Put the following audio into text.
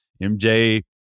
MJ